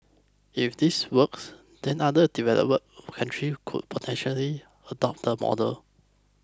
if this works then other developing country could potentially adopt the model